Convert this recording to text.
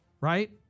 right